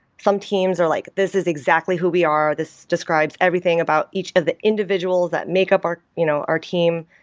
some teams are like, this is exactly who we are. this describes everything about each of the individuals that make up our you know our team.